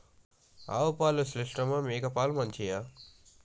ఆవు పాలు శ్రేష్టమా మేక పాలు మంచియా?